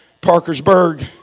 Parkersburg